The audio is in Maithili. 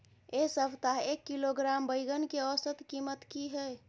ऐ सप्ताह एक किलोग्राम बैंगन के औसत कीमत कि हय?